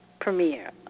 premiere